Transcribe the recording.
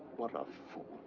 what a fool.